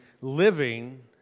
living